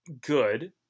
good